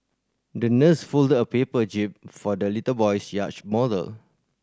the nurse folded a paper jib for the little boy's yacht model